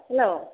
hello